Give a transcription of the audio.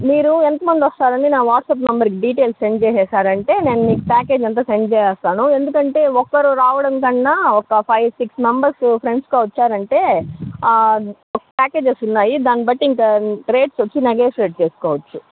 మీరు ఎంతమందొస్తారండి నా వాట్స్యాప్ నెంబర్కి డీటెయిల్స్ సెండ్ చేసేశారంటే నేను మీకు ప్యాకేజ్ అంతా సెండ్ చేసేస్తాను ఎందుకంటే ఒక్కరు రావడం కన్నా ఒక ఫైవ్ సిక్స్ మెంబర్సు ఫ్రెండ్స్గా వచ్చారంటే ప్యాకేజెస్ ఉన్నాయి దానిబట్టి ఇంకా రేట్స్ వచ్చి నెగోషియేట్ చేసుకోవచ్చు